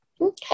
okay